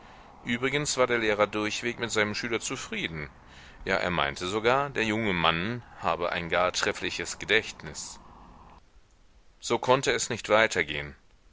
übrigens war der lehrer durchweg mit seinem schüler zufrieden ja er meinte sogar der junge mann habe ein gar treffliches gedächtnis so konnte es nicht weitergehen